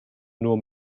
nur